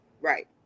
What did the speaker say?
right